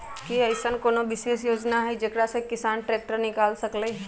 कि अईसन कोनो विशेष योजना हई जेकरा से किसान ट्रैक्टर निकाल सकलई ह?